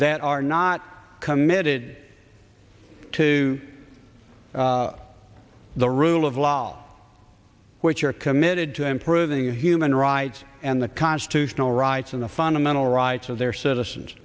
that are not committed to the rule of law which are committed to improving human rights and the constitutional rights of the fundamental rights of their citizens